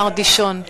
מר דישון,